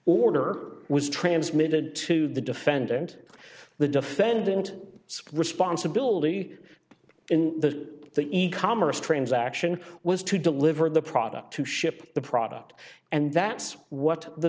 that order was transmitted to the defendant the defendant responsibility in the the e commerce transaction was to deliver the product to ship the product and that's what the